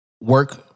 work